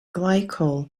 glycol